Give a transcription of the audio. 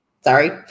sorry